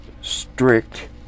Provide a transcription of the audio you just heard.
strict